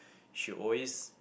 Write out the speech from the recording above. she always